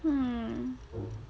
hmm